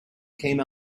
came